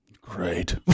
great